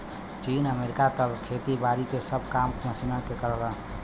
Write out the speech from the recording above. चीन, अमेरिका त खेती बारी के सब काम मशीन के करलन